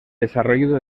desarrollo